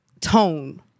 tone